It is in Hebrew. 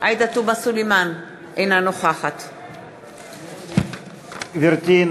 אינה נוכחת גברתי,